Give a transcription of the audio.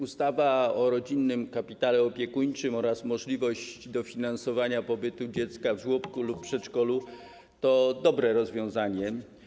Ustawa o rodzinnym kapitale opiekuńczym oraz możliwość dofinansowania pobytu dziecka w żłobku lub przedszkolu to dobre rozwiązania.